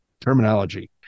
terminology